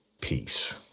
Peace